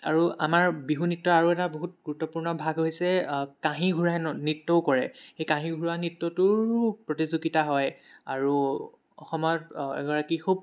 আৰু আমাৰ বিহু নৃত্যৰ আৰু এটা বহুত গুৰুত্বপূৰ্ণ ভাগ হৈছে কাঁহী ঘূৰাই নৃত্যও কৰে সেই কাঁহী ঘুৰোৱা নৃত্যটোৰো প্ৰতিযোগিতা হয় আৰু অসমত এগৰাকী খুব